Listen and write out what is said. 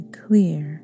clear